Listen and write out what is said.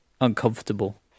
uncomfortable